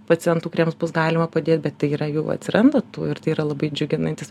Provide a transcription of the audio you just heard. pacientų kuriems bus galima padėt bet tai yra jau atsiranda tų ir tai yra labai džiuginantis